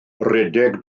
rhedeg